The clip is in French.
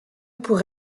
pour